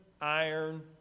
iron